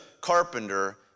carpenter